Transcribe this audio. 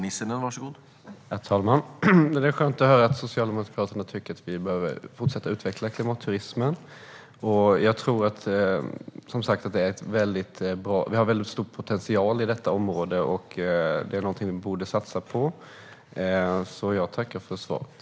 Herr talman! Det är skönt att höra att Socialdemokraterna tycker att man behöver fortsätta att utveckla klimatturismen. Det finns en väldigt stor potential på detta område, och det är någonting som vi borde satsa på. Jag tackar för svaret.